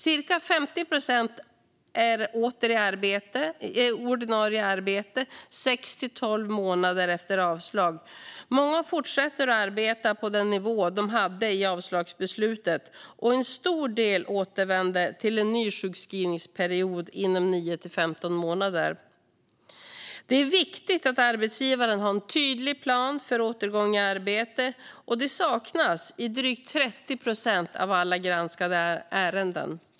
Cirka 50 procent är åter i ordinarie arbete 6-12 månader efter avslag. Många fortsätter att arbeta på den nivå de hade vid avslagsbeslutet, och en stor del återvänder till en ny sjukskrivningsperiod inom 9-15 månader. Det är viktigt att arbetsgivaren har en tydlig plan för återgång i arbete, och det saknas i drygt 30 procent av alla granskade ärenden.